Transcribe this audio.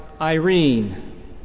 Irene